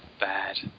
bad